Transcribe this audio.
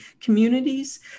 communities